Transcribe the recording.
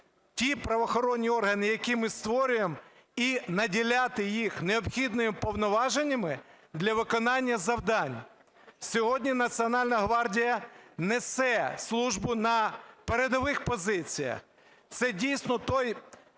ті правоохоронні органи, які ми створюємо, і наділяти їх необхідними повноваженнями для виконання завдань. Сьогодні Національна гвардія несе службу на передових позиціях. Це, дійсно, той